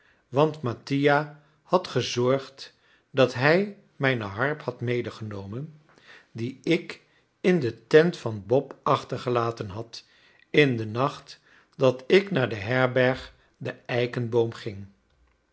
want mattia had gezorgd dat hij mijne harp had medegenomen die ik in de tent van bob achtergelaten had in den nacht dat ik naar de herberg de eikenboom ging